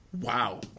Wow